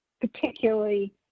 particularly